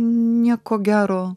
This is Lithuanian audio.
nieko gero